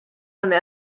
donde